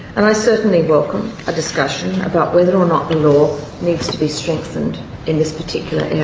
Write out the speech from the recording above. and i certainly welcome a discussion about whether or not the law needs to be strengthened in this particular